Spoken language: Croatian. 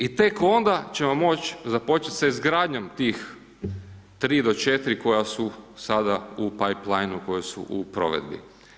I tek onda ćemo moći započeti sa izgradnjom tih 3-4 koja su sada u, ... koji su u provedbi.